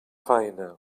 faena